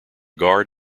guard